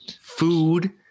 food